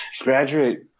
Graduate